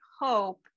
hope